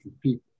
people